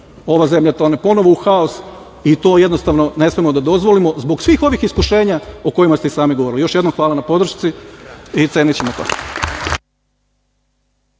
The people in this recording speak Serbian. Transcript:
ova zemlja tone ponovo u haos i to jednostavno ne smemo da dozvolimo zbog svih ovih iskušenja o kojima ste i sami govorili. Još jednom, hvala na podršci i cenićemo to.